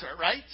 right